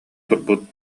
турбут